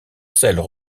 celles